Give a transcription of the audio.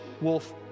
wolf